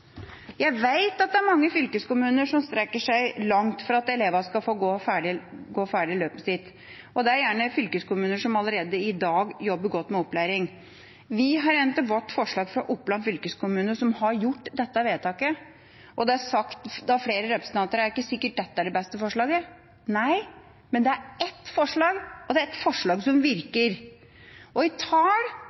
Jeg vet at det er mange fylkeskommuner som strekker seg langt for at elevene skal få gå ferdig løpet sitt, og det er gjerne fylkeskommuner som allerede i dag jobber godt med opplæring. Vi har hentet vårt forslag fra Oppland fylkeskommune, som har gjort dette vedtaket, og det er sagt av flere representanter at det er ikke sikkert dette er det beste forslaget. Nei, men det er ett forslag, og det er et forslag som virker. I tall